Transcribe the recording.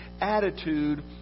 Attitude